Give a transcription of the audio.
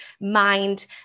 mind